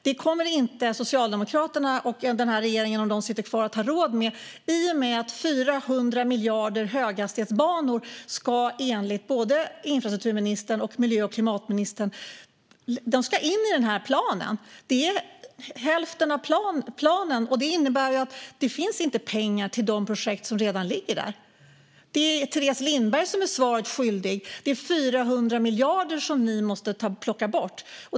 Det kommer inte Socialdemokraterna och denna regering, om de sitter kvar, att ha råd med i och med att 400 miljarder kronor för höghastighetsbanor enligt både infrastrukturministern och miljö och klimatministern ska in i denna plan. Det är hälften av pengarna i planen. Det innebär att det inte finns pengar till de projekt som redan ligger där. Det är Teres Lindberg som är svaret skyldig. Det är 400 miljarder kronor som ni måste plocka bort.